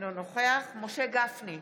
אינו נוכח משה גפני,